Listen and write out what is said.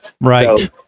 Right